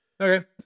okay